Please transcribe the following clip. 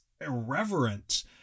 irreverent